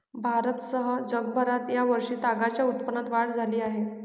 भारतासह जगभरात या वर्षी तागाच्या उत्पादनात वाढ झाली आहे